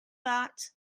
that